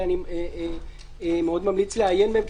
ואני מאוד ממליץ לעיין בהם,